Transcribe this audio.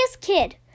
kid